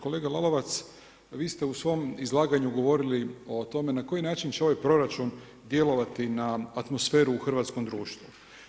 Kolega Lalovac, vi ste u svom izlaganju govorili o tome na koji način će ovaj proračun djelovati na atmosferu u hrvatskom društvu.